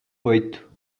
oito